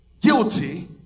guilty